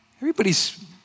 Everybody's